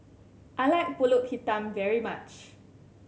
I like Pulut Hitam very much